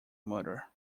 murder